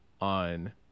on